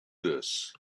this